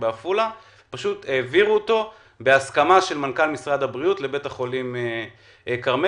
פשוט העבירו אותו בהסכמת מנכ"ל משרד הבריאות לבית החולים כרמל.